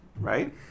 right